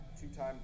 two-time